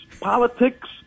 politics